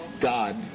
God